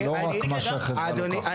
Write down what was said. לא רק מה שהחברה לוקחת.